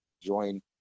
Join